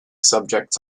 subjects